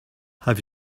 have